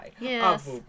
Yes